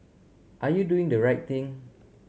are you doing the right thing